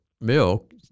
milk